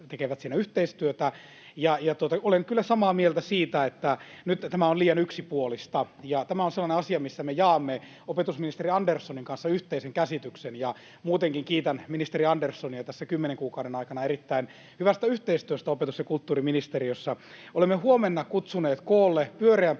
tekevät siinä yhteistyötä. Ja olen kyllä samaa mieltä siitä, että nyt tämä on liian yksipuolista. Tämä on sellainen asia, missä me jaamme opetusministeri Anderssonin kanssa yhteisen käsityksen, ja muutenkin kiitän ministeri Anderssonia tässä kymmenen kuukauden aikana tehdystä erittäin hyvästä yhteistyöstä opetus- ja kulttuuriministeriössä. Olemme kutsuneet koolle